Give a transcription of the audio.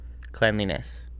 cleanliness